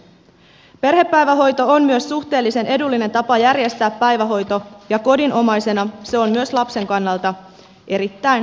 perhepäivähoito on myös suhteellisen edullinen tapa järjestää päivähoito ja kodinomaisena se on myös lapsen kannalta erittäin hyvä päivähoitomuoto